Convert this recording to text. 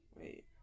Wait